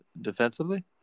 defensively